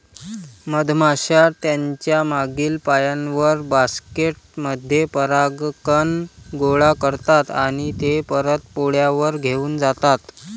मधमाश्या त्यांच्या मागील पायांवर, बास्केट मध्ये परागकण गोळा करतात आणि ते परत पोळ्यावर घेऊन जातात